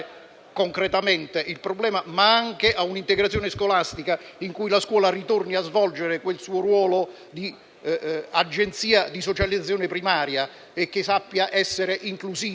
concretamente il problema, ma anche su un'integrazione scolastica in cui la scuola torni a svolgere il suo ruolo di agenzia di socializzazione primaria e sappia essere inclusiva.